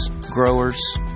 growers